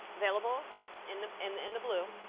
available in the and in the blue,